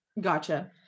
Gotcha